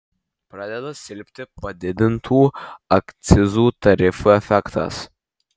pradeda silpti padidintų akcizų tarifų efektas